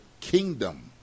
kingdom